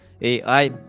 AI